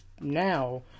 now